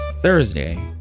Thursday